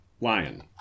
lion